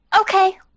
Okay